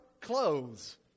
clothes